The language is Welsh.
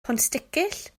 pontsticill